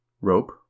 rope